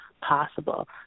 possible